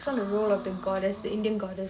ah